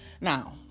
now